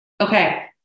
Okay